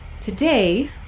Today